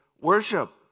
worship